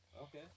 Okay